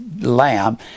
lamb